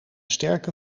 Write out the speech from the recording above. sterke